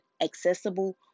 accessible